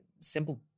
simple